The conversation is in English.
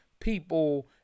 people